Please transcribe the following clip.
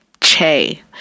Che